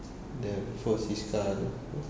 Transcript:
the first his car tu apa